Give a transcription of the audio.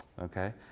okay